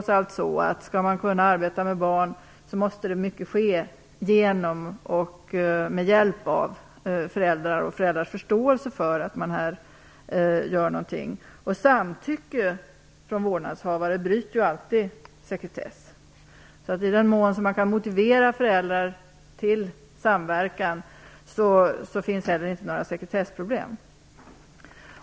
Skall man kunna arbeta med barn måste trots allt mycket ske genom och med hjälp av föräldrar och föräldrars förståelse för att någonting görs. Samtycke från vårdnadshavare bryter alltid sekretessen. I den mån föräldrar kan motiveras till samverkan finns det alltså inga sekretessproblem.